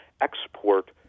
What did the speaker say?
export